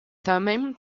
thummim